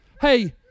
Hey